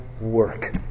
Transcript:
work